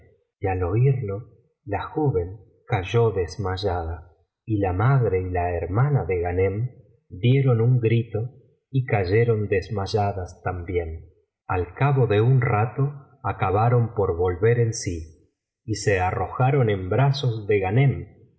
y al oirlo la joven cayó desmayada y la madre y la hermana de ghanem dieron un grito y cayeron desmayadas también al cabo de un rato acabaron por volver en sí y se biblioteca valenciana generalitat valenciana historia de ghanem y fetnah arrojaron en brazos de ghanem y